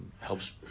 helps